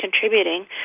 contributing